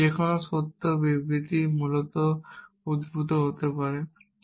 এমন যেকোন সত্য বিবৃতি মূলত উদ্ভূত হতে পারে